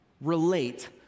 relate